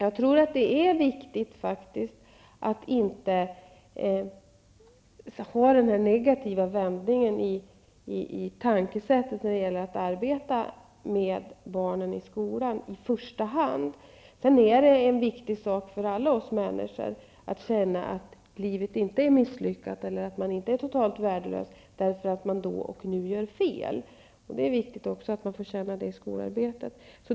Jag tror att det är viktigt att inte i första hand ha den här negativa vändningen i tänkesättet när det gäller att arbeta med barnen i skolan. Det är en viktig sak för alla oss människor att känna att livet inte är misslyckat eller att man inte är totalt värdelös därför att man då och nu gör fel. Det är viktigt att man får känna det även i skolarbetet.